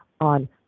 on